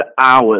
hours